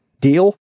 Deal